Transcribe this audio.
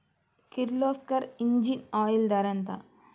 Kirloskar engine oil ధర ఎంత?